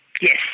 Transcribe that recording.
Yes